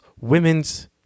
women's